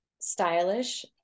Stylish